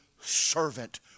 servant